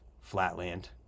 flatland